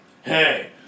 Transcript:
hey